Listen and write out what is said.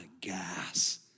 gas